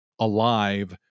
Alive